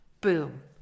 Boom